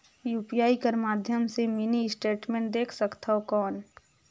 UPI कर माध्यम से मिनी स्टेटमेंट देख सकथव कौन?